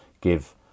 give